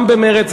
גם במרצ,